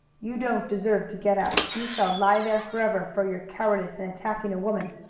you don't deserve to get up! you shall lie there forever for your cowardice in attacking a woman!